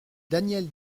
daniel